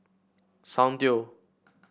soundteoh